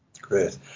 Great